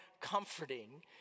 comforting